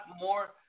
more